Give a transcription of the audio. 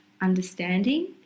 understanding